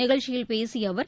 நிகழ்ச்சியில் பேசிய அவர்